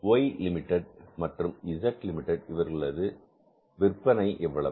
Y limited மற்றும் Z limited இவர்களது விற்பனை எவ்வளவு